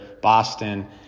Boston